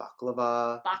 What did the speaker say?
baklava